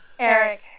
eric